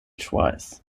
twice